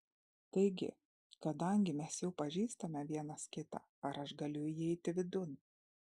taigi kadangi mes jau pažįstame vienas kitą ar aš galiu įeiti vidun